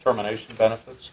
terminations benefits